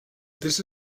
this